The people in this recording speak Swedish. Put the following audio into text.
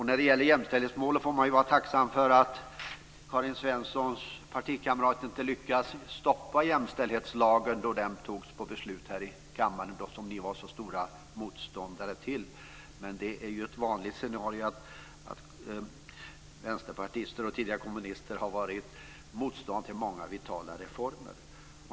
När det gäller jämställdhetsmålen får man ju vara tacksam för att Karin Svensson Smiths partikamrater inte lyckades stoppa jämställdhetslagen när det beslutet fattades här i kammaren, den som ni var så stora motståndare till. Men det är ju ett vanligt scenario. Vänsterpartister, och tidigare kommunister, har varit motståndare till många vitala reformer.